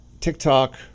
TikTok